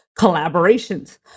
collaborations